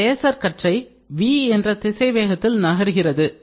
இந்த லேசர் கற்றை V என்ற திசை வேகத்தில் நகர்கிறது